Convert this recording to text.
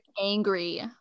angry